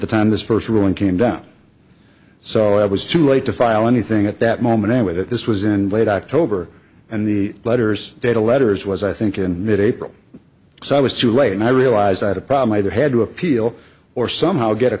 the time this first ruling came down so it was too late to file anything at that moment anyway that this was in late october and the letters to the letters was i think in mid april so i was too late and i realized i had a problem either had to appeal or somehow get a